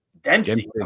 Dempsey